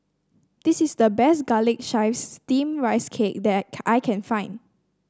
this is the best Garlic Chives Steamed Rice Cake that I can find